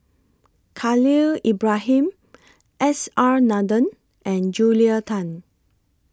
Khalil Ibrahim S R Nathan and Julia Tan